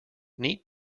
neat